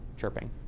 chirping